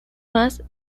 más